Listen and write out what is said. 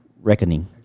reckoning